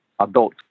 adult